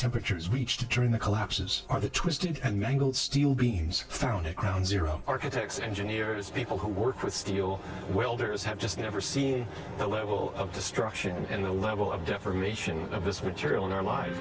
temperatures reached a turn the collapses are the twisted and mangled steel beams found at ground zero architects engineers people who work with steel welders have just never seen the level of destruction and the level of deprivation of this material in our lives